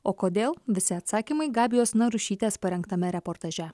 o kodėl visi atsakymai gabijos narušytės parengtame reportaže